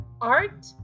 art